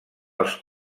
els